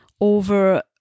over